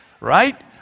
Right